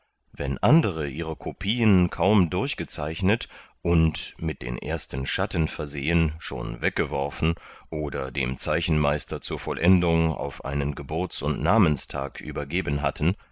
wenn andere ihre kopien kaum durchgezeichnet und mit den ersten schatten versehen schon weggeworfen oder dem zeichenmeister zur vollendung auf einen geburts oder namenstag übergeben hatten